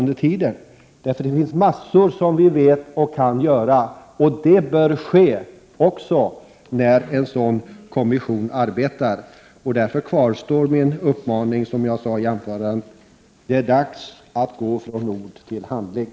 Det finns nämligen mycket vi vet och kan göra, och det bör ske också medan en sådan kommission arbetar. Därför står jag kvar vid den uppmaning som jag framförde i mitt anförandet — det är dags att gå från ord till handling.